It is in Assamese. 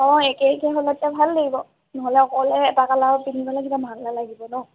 অঁ একেকে হ'লে তো ভাল লাগিব নহ'লে অকলে এটা কালাৰ পিন্ধিবলে কিবা ভাল নালাগিব ন